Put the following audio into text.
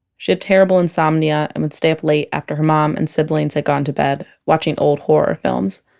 she had terrible insomnia and would stay up late after her mom and siblings had gone to bed, watching old horror films.